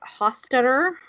Hostetter